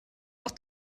auch